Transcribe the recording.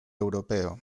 europeo